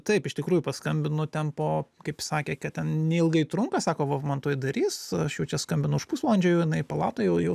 taip iš tikrųjų paskambinu ten po kaip sakė kad ten neilgai trunka sako vav man tuoj darys aš jau čia skambinu už pusvalandžio jau jinai palatoj jau jau